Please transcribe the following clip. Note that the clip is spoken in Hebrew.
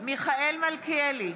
מיכאל מלכיאלי,